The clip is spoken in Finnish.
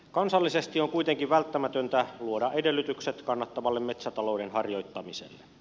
kansallisesti on kuitenkin välttämätöntä luoda edellytykset kannattavalle metsätalouden harjoittamiselle